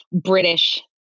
British